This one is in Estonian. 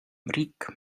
riik